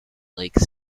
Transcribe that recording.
lake